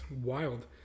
Wild